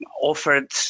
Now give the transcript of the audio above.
offered